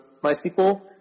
MySQL